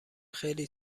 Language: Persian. خیلی